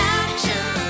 action